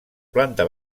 planta